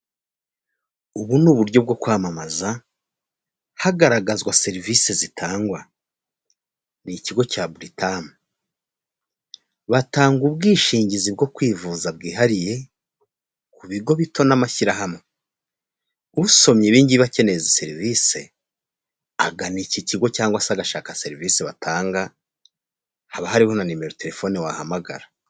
Ubu ni uburyo bwo kwamamaza hagaragazwa serivisi zitangwa ni ikigo cya buritam batanga ubwishingizi bwo kwivuza bwihariye ku bigo bito n'amashyirahamwe, usomye ibi ngibi akeneye izi serivisi agana iki kigo cyangwa se agashaka serivisi batanga haba hariho na nimero tefone wahamagara.